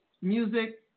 music